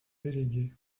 déléguée